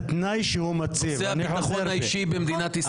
נושא הביטחון האישי במדינת ישראל.